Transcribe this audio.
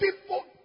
people